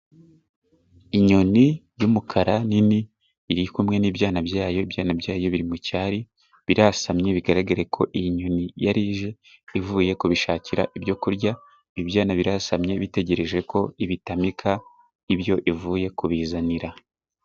Inyoni y'umukara nini iri kumwe n'ibyana byayo, ibyana byayo biri mu cyari, birasamye bigaragare ko iyi nyoni yari ije ivuye kubishakira ibyokurya, ibi byana birasamye bitegereje ko ibitamika ibyo ivuye kubizanira.